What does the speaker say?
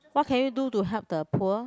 what can you do to help the poor